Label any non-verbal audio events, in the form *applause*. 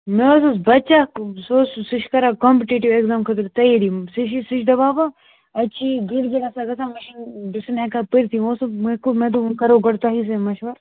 مےٚ حظ اوس بَچہِ اَکھ سُہ اوس سُہ چھِ کران کامپٕٹیٹِو اٮ۪کزام خٲطرٕ تیٲری سُہ چھِ سُہ چھِ دپان *unintelligible* اَتہِ چھِ یہِ گٕڑ گٕڑ آسان گژھان مےٚ چھِنہٕ بہٕ چھُس نہٕ ہٮ۪کان پٔرۍتھٕے وۄنۍ اوسُم مےٚ کوٚر مےٚ دوٚپ وۄنۍ کرو گۄڈٕ تۄہی سۭتۍ مَشوَر